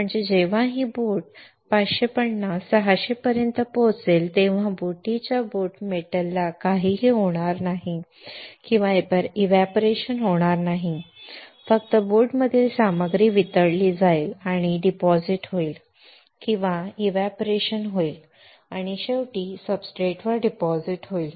म्हणजे जेव्हा ही बोट 550 600 पर्यंत पोहोचेल तेव्हा बोटीच्या बोट मेटलला काहीही होणार नाही किंवा बाष्पीभवन होणार नाही फक्त बोटमधील सामग्री मेल्ट होईल आणि जमा होईल किंवा बाष्पीभवन होईल आणि शेवटी सब्सट्रेटवर जमा होईल